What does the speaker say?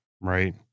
Right